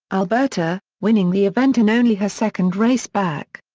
alberta, winning the event in only her second race back.